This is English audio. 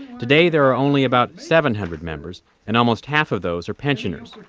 today there are only about seven hundred members and almost half of those are pensioners.